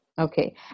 okay